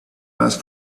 last